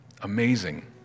Amazing